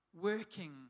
working